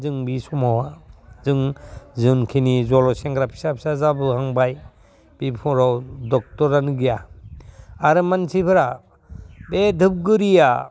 जों बे समाव जों जोंनि जल' सेंग्रा फिसा फिसा जाबोहांबाय बेफरोराव डक्टरानो गैया आरो मानसिफोरा बे दुबगुरिआ